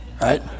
right